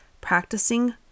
practicing